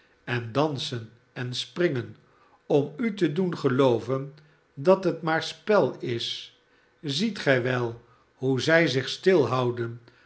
en dansen en sprmgen om u te doen gelooven dat het maar spel is ziet gij wel hoe zij zich